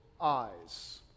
eyes